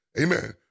Amen